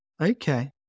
Okay